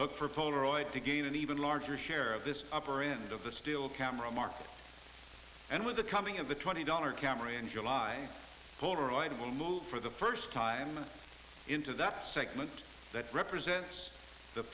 for polaroid to gain an even larger share of this upper end of the still camera market and with the coming of the twenty dollar camera in july polaroid will move for the first time into that segment that represents the